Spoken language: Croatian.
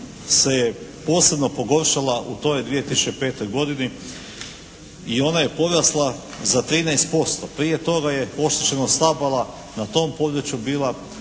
je posebno pogoršala u toj 2005. godini i ona je porasla za 13%. Prije toga je oštećenost stabala na tom području bila